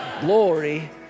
Glory